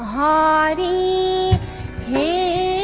da da da